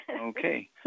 Okay